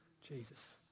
Jesus